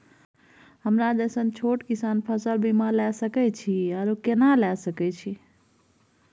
हमरा जैसन छोट किसान फसल बीमा ले सके अछि आरो केना लिए सके छी?